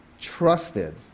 trusted